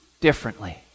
differently